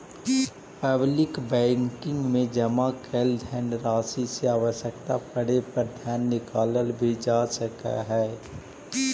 public banking में जमा कैल धनराशि से आवश्यकता पड़े पर धन निकालल भी जा सकऽ हइ